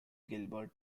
gilbert